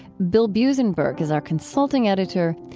bill buzenberg is our consulting editor.